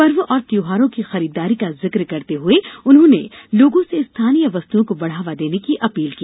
पर्व और त्यौहारों की खरीददारी का जिक करते हुए उन्होंने लोगों से स्थानीय वस्तुओं को बढ़ावा देने की अपील की